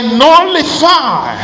nullify